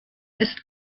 ist